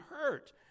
hurt